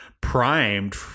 primed